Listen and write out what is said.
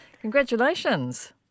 Congratulations